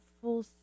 full